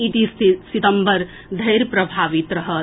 ई तीस सितम्बर धरि प्रभावित रहत